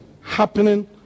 happening